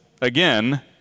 again